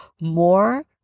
more